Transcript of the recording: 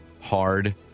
hard